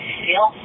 feel